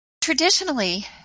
Traditionally